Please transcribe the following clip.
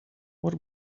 what